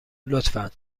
لطفا